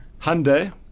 Hyundai